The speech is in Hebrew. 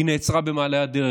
היא נעצרה במעלה הדרך,